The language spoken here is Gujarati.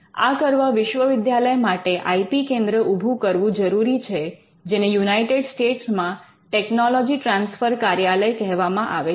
આ કરવા વિશ્વવિદ્યાલય માટે આઇ પી કેન્દ્ર ઉભુ કરવું જરૂરી છે જેને યુનાઇટેડ સ્ટેટ્સમાં ટેકનોલોજી ટ્રાન્સફર કાર્યાલય કહેવામાં આવે છે